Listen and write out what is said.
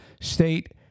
state